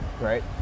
Right